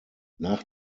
nach